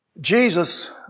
Jesus